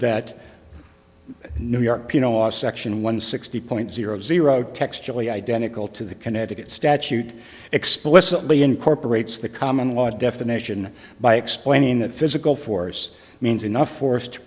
that new york you know our section one sixty point zero zero textually identical to the connecticut statute explicitly incorporates the common law definition by explaining that physical force means enough for